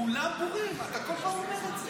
כולם בורים, אתה כל פעם אומר את זה.